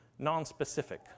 nonspecific